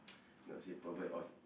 not say pervert or